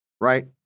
right